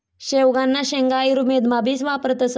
शेवगांना शेंगा आयुर्वेदमा भी वापरतस